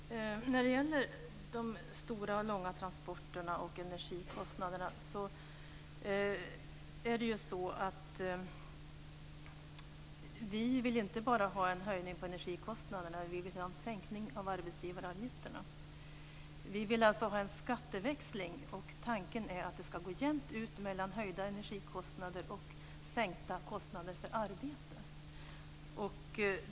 Herr talman! När det gäller de stora och långa transporterna samt energikostnaderna vill vi ha inte bara en höjning av energikostnaderna utan också en sänkning av arbetsgivaravgifterna. Vi vill alltså ha en skatteväxling. Tanken är att det ska gå jämnt ut mellan höjda energikostnader och sänkta kostnader för arbete.